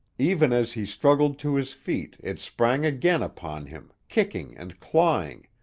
even as he struggled to his feet it sprang again upon him, kicking and clawing,